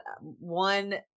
one